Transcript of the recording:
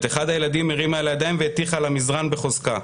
את אחד הילדים הרימה על הידיים והטיחה למזרן בחוזקה.